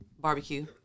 Barbecue